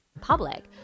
Public